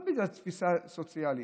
ולא בגלל התפיסה סוציאלית.